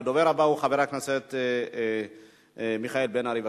הדובר הבא הוא חבר הכנסת מיכאל בן-ארי.